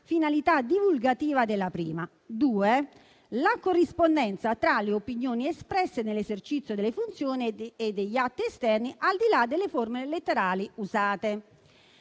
finalità divulgativa della prima; in secondo luogo, la corrispondenza tra le opinioni espresse nell'esercizio delle funzioni e degli atti esterni al di là delle forme letterali usate.